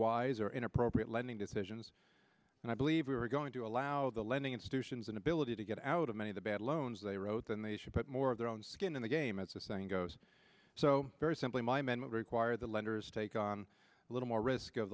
unwise or inappropriate lending decisions and i believe we were going to allow the lending institutions an ability to get out of many of the bad loans they wrote than they should but more of their own skin in the game as the saying goes so very simply my men would require the lenders to take on a little more risk of